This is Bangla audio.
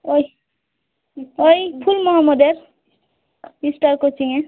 এই এই ফুল মোহম্মদের স্টার কোচিংয়ে